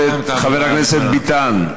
חבר הכנסת ביטן.